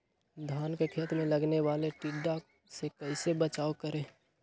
धान के खेत मे लगने वाले टिड्डा से कैसे बचाओ करें?